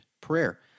prayer